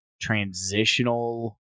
transitional